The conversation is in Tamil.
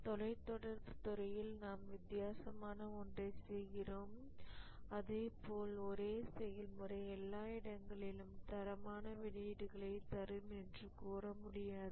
தொலைத்தொடர்புத் துறையில் நாம் வித்தியாசமான ஒன்றை செய்கிறோம் அதேபோல் ஒரே செயல்முறை எல்லா இடங்களிலும் தரமான வெளியீடுகளை தரும் என்றும் கூற முடியாது